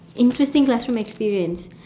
interesting classroom experience